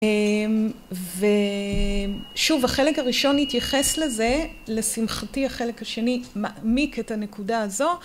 ושוב החלק הראשון התייחס לזה, לשמחתי החלק השני מעמיק את הנקודה הזו